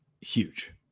huge